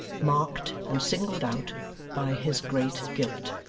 marked and singled out by his great guilt,